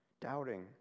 doubting